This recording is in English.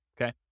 okay